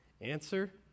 Answer